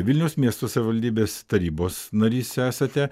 vilniaus miesto savivaldybės tarybos narys esate